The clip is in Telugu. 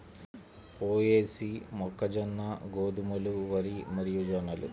పొయేసీ, మొక్కజొన్న, గోధుమలు, వరి మరియుజొన్నలు